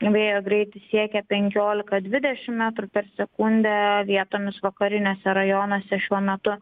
vėjo greitis siekia penkiolika dvidešimt metrų per sekundę vietomis vakariniuose rajonuose šiuo metu